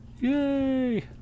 Yay